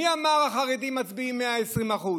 מי אמר: החרדים מצביעים 120%?